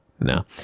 No